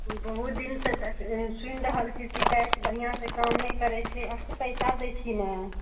बहुत दिन से दे सुनि रहल छी शिकाएत बढ़िआँ से काम नहि करैत छियै आखिर पैसा दै छी ने